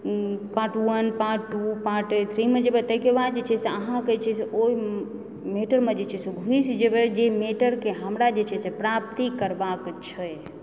part one part two part three मे जेबै तहिके बाद जे छै से अहाँकेँ जे छै से ओहि मेटरमे जे छै से घुसि जेबै जहि मेटरके हमरा प्राप्ति करबाके छै